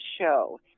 show